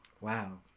wow